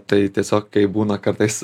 tai tiesiog kaip būna kartais